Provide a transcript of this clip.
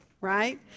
right